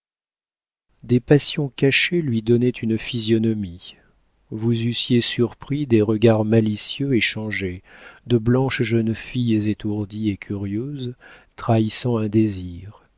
des passions cachées lui donnaient une physionomie vous eussiez surpris des regards malicieux échangés de blanches jeunes filles étourdies et curieuses trahissant un désir